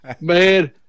man